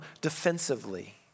defensively